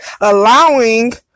allowing